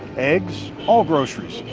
eggs, all groceries,